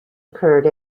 occurred